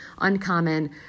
uncommon